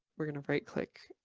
we're going to right click.